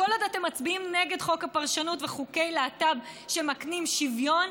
כל עוד אתם מצביעים נגד חוק הפרשנות וחוקי להט"ב שמקנים שוויון,